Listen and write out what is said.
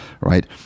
right